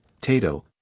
Tato